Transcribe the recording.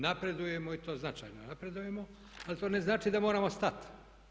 Napredujemo i to značajno napredujemo ali to ne znači da moramo stati.